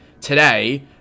today